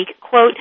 quote